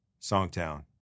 Songtown